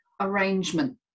arrangement